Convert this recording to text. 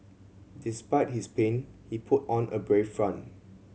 despite his pain he put on a brave front